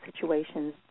situations